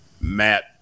Matt